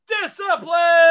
Discipline